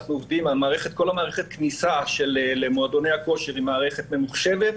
כל מערכת הכניסה למועדוני הכושר היא מערכת ממוחשבת.